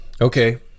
Okay